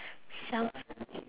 self